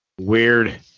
Weird